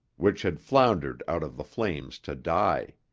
which had floundered out of the flames to die.